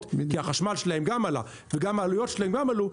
כי החשמל שלהם גם עלה וגם העליות שלהם גם עלו,